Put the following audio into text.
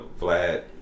Vlad